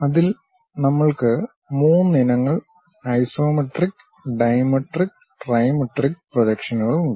അതിൽനമ്മൾക്ക് 3 ഇനങ്ങൾ isometric dimetric trimetric പ്രൊജക്ഷനുകൾ ഉണ്ട്